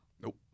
Nope